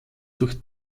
durch